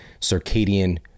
circadian